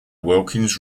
wilkins